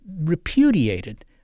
repudiated